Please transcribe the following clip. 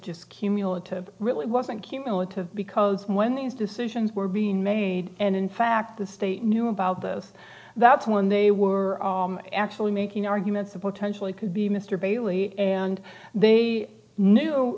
just cumulative really wasn't cumulative because when these decisions were being made and in fact the state knew about this that's when they were actually making arguments a potentially could be mr bailey and they knew